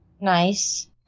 nice